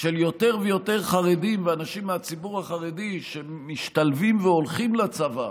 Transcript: של יותר ויותר חרדים ואנשים מהציבור החרדי שמשתלבים והולכים לצבא